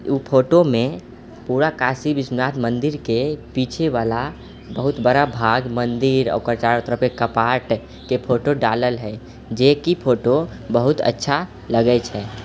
उ फोटोमे पूरा काशी विश्वनाथ मन्दिरके पीछेवला बहुत बड़ा भाग मन्दिर ओकर चारो तरफके पार्टके फोटो डालल हैं जे की फोटो बहुत अच्छा लगै छै